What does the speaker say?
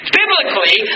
biblically